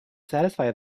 satisfy